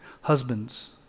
Husbands